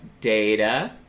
data